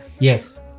Yes